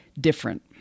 different